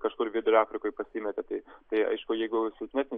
kažkur vidurio afrikoj pasimetė tai tai aišku jei silpnesnį